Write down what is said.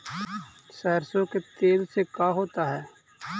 सरसों के तेल से का होता है?